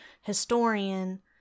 historian